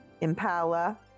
impala